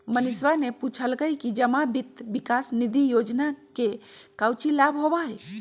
मनीषवा ने पूछल कई कि जमा वित्त विकास निधि योजना से काउची लाभ होबा हई?